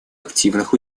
активных